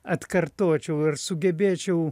atkartočiau ir sugebėčiau